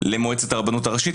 למועצת הרבנות הראשית.